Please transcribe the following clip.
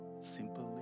Simply